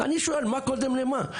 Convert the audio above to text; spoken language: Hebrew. אני שואל: מה קודם למה?